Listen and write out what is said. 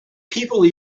people